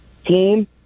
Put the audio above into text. Team